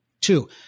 Two